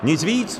Nic víc.